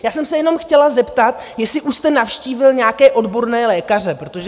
Já jsem se jenom chtěla zeptat, jestli už jste navštívil nějaké odborné lékaře, protože...